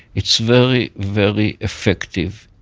it's very very effective.